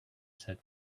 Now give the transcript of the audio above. said